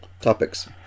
topics